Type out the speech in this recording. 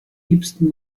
liebsten